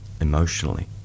emotionally